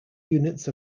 units